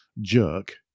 jerk